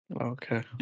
Okay